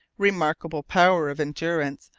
remarkable power of endurance,